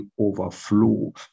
overflow